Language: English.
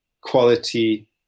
quality